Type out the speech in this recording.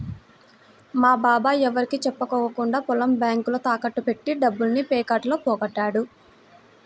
మా బాబాయ్ ఎవరికీ చెప్పకుండా పొలం బ్యేంకులో తాకట్టు బెట్టి డబ్బుల్ని పేకాటలో పోగొట్టాడు